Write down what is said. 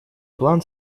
план